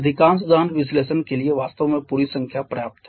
अधिकांश दहन विश्लेषण के लिए वास्तव में पूरी संख्या पर्याप्त है